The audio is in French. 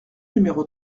numéro